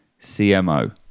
CMO